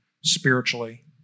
spiritually